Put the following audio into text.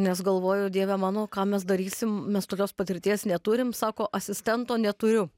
nes galvoju dieve mano ką mes darysim mes tokios patirties neturim sako asistento neturiu